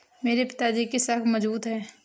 मेरे पिताजी की साख मजबूत है